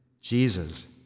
Jesus